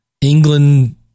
England